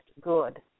good